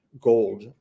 gold